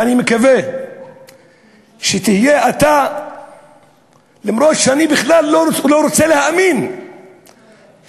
ואני מקווה שתהיה אתה אף-על-פי שאני בכלל לא רוצה להאמין שאתה,